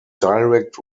direct